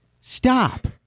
stop